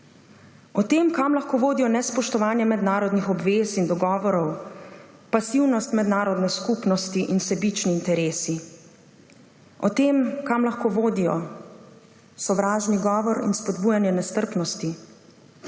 O tem, kam lahko vodijo nespoštovanja mednarodnih obvez in dogovorov, pasivnost mednarodne skupnosti in sebični interesi. O tem, kam lahko vodijo sovražni govor in spodbujanje nestrpnosti.